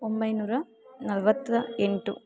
ಒಂಬೈನೂರ ನಲ್ವತ್ತ ಎಂಟು